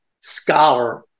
scholar